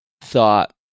thought